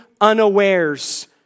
unawares